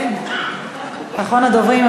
אחרון הדוברים.